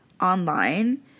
online